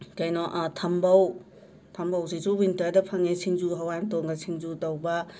ꯀꯩꯅꯣ ꯊꯝꯕꯧ ꯊꯝꯕꯧ ꯁꯤꯁꯨ ꯋꯤꯟꯇꯔꯗ ꯐꯪꯉꯤ ꯁꯤꯡꯖꯨ ꯍꯋꯥꯏꯃꯇꯣꯟꯒ ꯁꯤꯡꯖꯨ ꯇꯧꯕ